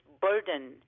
burden